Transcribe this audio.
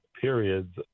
periods